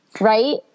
Right